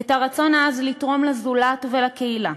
את הרצון העז לתרום לזולת ולקהילה,